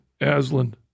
Aslan